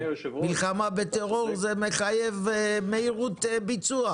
מלחמה בטרור זה מחייב מהירות ביצוע.